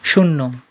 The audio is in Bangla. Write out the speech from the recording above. শূন্য